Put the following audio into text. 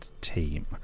team